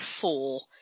four